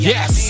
Yes